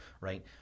right